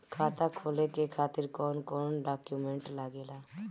खाता खोले के खातिर कौन कौन डॉक्यूमेंट लागेला?